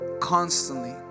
constantly